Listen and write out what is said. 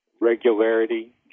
regularity